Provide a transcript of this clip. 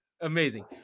Amazing